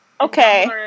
okay